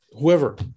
Whoever